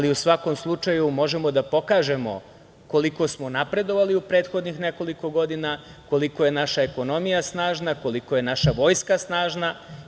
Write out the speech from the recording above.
U svakom slučaju, možemo da pokažemo koliko smo napredovali prethodnih nekoliko godina, koliko je naša ekonomija snažna, koliko je naša vojska snažna.